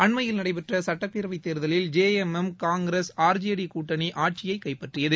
அண்மையில் நடைபெற்ற சுட்டப்பேரவைத்தேர்தலில் J M M Congress R J D கூட்டணி ஆட்சியை கைப்பற்றியது